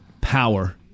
power